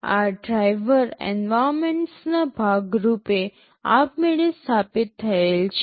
આ driver environments ના ભાગ રૂપે આપમેળે સ્થાપિત થયેલ છે